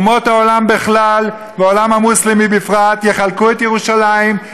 אומות העולם בכלל והעולם המוסלמי בפרט יחלקו את ירושלים,